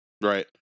Right